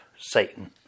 Satan